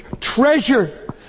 treasure